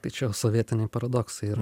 taip čia sovietiniai paradoksai ir